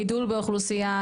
גידול באוכלוסייה,